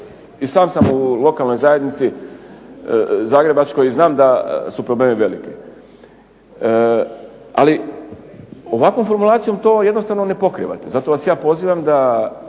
i sam sam u lokalnoj zajednici zagrebačkoj, i znam da su problemi veliki. Ali ovakvom formulacijom to jednostavno ne pokrivate, zato vas ja pozivam da